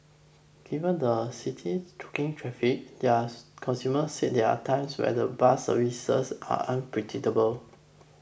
given the city's choking traffic dias consumer said there are times when the bus services are unpredictable